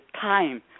time